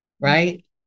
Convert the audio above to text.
right